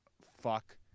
fuck